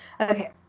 Okay